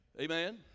Amen